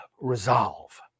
resolve